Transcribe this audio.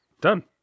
Done